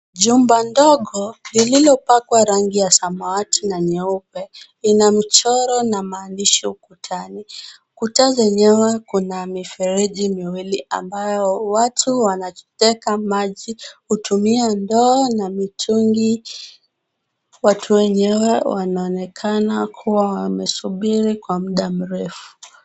Jumba ndogo, lililopakwa rangi ya samawati na nyeupe, lina mchoro na maandishi ukutani. Kuta zenyewe kuna mifereji miwili ambayo watu wanateka maji kutumia ndoo na mitungi. Watu wenyewe wanaonekana kuwa wamesubiri kwa muda mrefu.